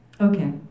Okay